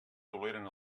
toleren